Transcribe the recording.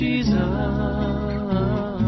Jesus